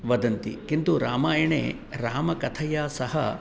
वदन्ति किन्तु रामायणे रामकथया सह